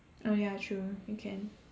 oh ya true you can